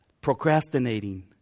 Procrastinating